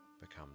becomes